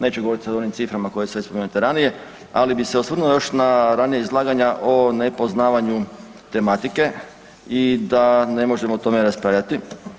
Neću govoriti sada o onim ciframa koje su već spomenute ranije, ali bi se osvrnuo još na ranija izlaganja o nepoznavanju tematike i da ne možemo o tome raspravljati.